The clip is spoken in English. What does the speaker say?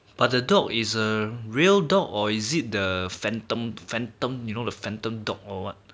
but the dog is a real dog or is it the phantom phantom you know the phantom dog or what